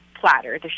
platter